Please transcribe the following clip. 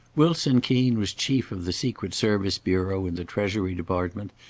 wilson keen was chief of the secret service bureau in the treasury department,